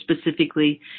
specifically